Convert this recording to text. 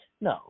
No